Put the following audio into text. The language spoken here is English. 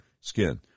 skin